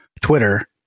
Twitter